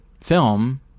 film